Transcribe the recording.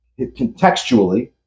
contextually